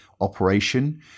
operation –